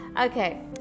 okay